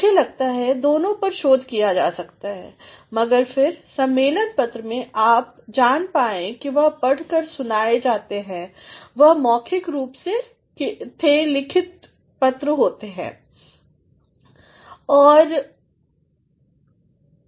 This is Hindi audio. मुझे लगता है दोनों पर शोध जिया जाता है मगर फिर सम्मेलन पत्र में आप जान पाए कि वह पढ़ कर सुनाए जाते हैं वह मौखिक रूप थे लिखित कागज़ का